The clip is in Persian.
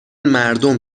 مردم